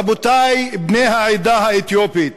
רבותי בני העדה האתיופית,